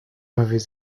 m’avez